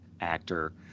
actor